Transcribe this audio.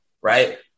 Right